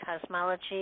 cosmology